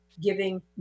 Giving